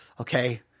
okay